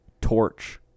Torch